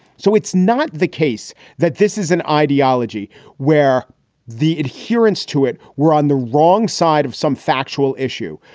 so it's not the case that this is an ideology where the adherence to it were on the wrong side of some factual issue,